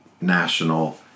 national